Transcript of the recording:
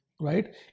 right